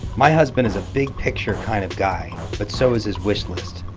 my husband is a big picture kind of guy, but so is his wishlist.